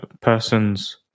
persons